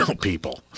people